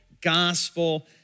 gospel